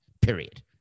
period